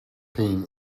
pain